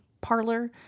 parlor